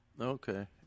Okay